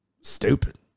Stupid